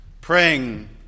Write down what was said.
praying